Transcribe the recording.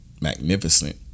Magnificent